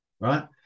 right